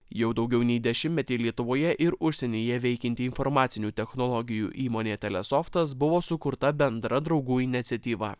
jau daugiau nei dešimtmetį lietuvoje ir užsienyje veikianti informacinių technologijų įmonė telesoftas buvo sukurta bendra draugų iniciatyva